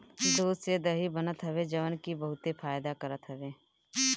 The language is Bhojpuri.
दूध से दही बनत हवे जवन की बहुते फायदा करत हवे